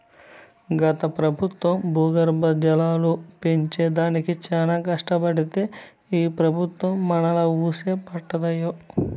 గత పెబుత్వం భూగర్భ జలాలు పెంచే దానికి చానా కట్టబడితే ఈ పెబుత్వం మనాలా వూసే పట్టదాయె